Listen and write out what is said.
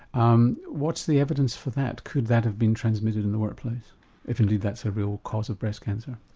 um what's the evidence for that, could that have been transmitted in the workplace if indeed that's a real cause of breast cancer?